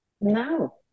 No